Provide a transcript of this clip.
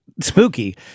spooky